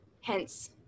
hence